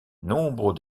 nombre